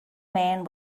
man